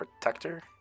protector